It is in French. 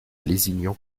lézignan